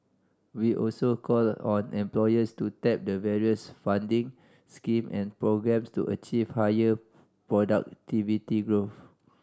we also call on employers to tap the various funding scheme and programmes to achieve higher productivity growth